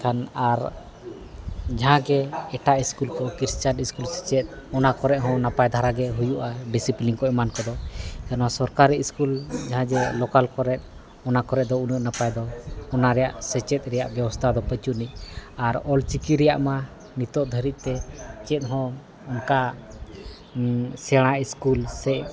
ᱠᱷᱟᱱ ᱟᱨ ᱡᱟᱦᱟᱸ ᱜᱮ ᱮᱴᱟᱜ ᱥᱠᱩᱞ ᱠᱚ ᱠᱨᱤᱥᱪᱟᱱ ᱥᱠᱩᱞ ᱥᱮᱪᱮᱫ ᱚᱱᱟ ᱠᱚᱨᱮᱫ ᱦᱚᱸ ᱱᱟᱯᱟᱭ ᱫᱷᱟᱨᱟᱜᱮ ᱦᱩᱭᱩᱜᱼᱟ ᱰᱤᱥᱤᱯᱞᱤᱱ ᱠᱚ ᱮᱢᱟ ᱠᱚ ᱱᱚᱣᱟ ᱥᱚᱨᱠᱟᱨᱤ ᱥᱠᱩᱞ ᱡᱟᱦᱟᱸ ᱡᱮ ᱞᱳᱠᱟᱞ ᱠᱚᱨᱮᱫ ᱚᱱᱟ ᱠᱚᱨᱮᱫ ᱫᱚ ᱩᱱᱟᱹᱜ ᱱᱟᱯᱟᱭ ᱫᱚ ᱚᱱᱟ ᱨᱮᱭᱟᱜ ᱥᱮᱪᱮᱫ ᱨᱮᱭᱟᱜ ᱵᱮᱵᱚᱥᱛᱷᱟ ᱫᱚ ᱯᱟᱹᱱᱩᱜ ᱟᱹᱱᱤᱡ ᱟᱨ ᱚᱞ ᱪᱤᱠᱤ ᱨᱮᱭᱟᱜᱢᱟ ᱱᱤᱛᱚᱜ ᱫᱷᱟᱹᱨᱤᱡᱛᱮ ᱪᱮᱫ ᱦᱚᱸ ᱚᱱᱠᱟ ᱥᱮᱬᱟ ᱥᱠᱩᱞ ᱥᱮ